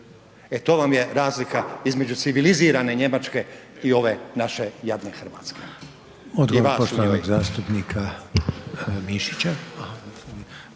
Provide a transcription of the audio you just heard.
E to vam je razlika između civilizirane Njemačke i ove naše jadne Hrvatske.